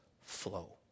flow